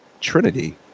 Trinity